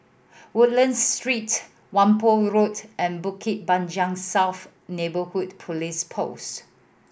Woodlands Street Whampoa Road and Bukit Panjang South Neighbourhood Police Post